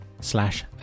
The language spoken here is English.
slash